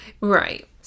Right